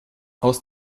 aus